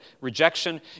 rejection